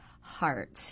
Heart